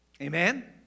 Amen